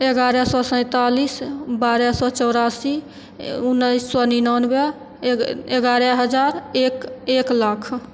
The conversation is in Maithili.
एगारह सए सेतालिस बारह सए चौरासी उन्नैस सए निनावे एग एगारह हजार एक एक लाख